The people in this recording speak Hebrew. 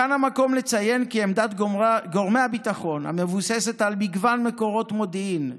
כאן המקום לציין כי עמדת גורמי הביטחון מבוססת על מגוון מקורות מודיעין.